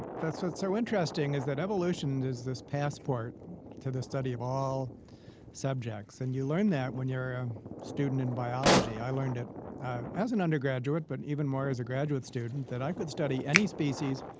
so so interesting is that evolution is this passport to the study of all subjects, and you learn that when you're a student in biology. i learned it as an undergraduate, but even more as a graduate student, that i could study any species,